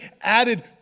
added